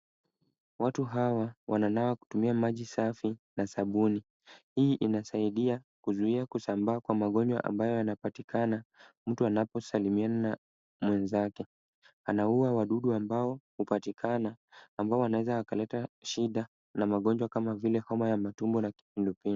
Watu hawa wananawa kutumia maji safi na sabuni. Hii inasaidia kuzuia kusambaa kwa magonjwa ambayo yanapatikana, mtu anaposalimiana na mwenzake. Anaua wadudu ambao hupatikana, ambao wanaweza wakaleta shida na magonjwa kama vile homa ya matumbo na kipindupindu.